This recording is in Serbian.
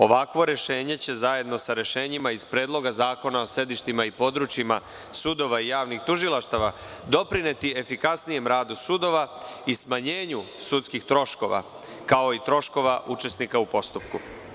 Ovakvo rešenje će zajedno sa rešenjima iz Predloga zakona o sedištima i područjima sudova i javnih tužilaštava doprineti efikasnijem radu sudova i smanjenju sudskih troškova, kao i troškova učesnika u postupku.